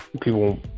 people